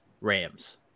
Rams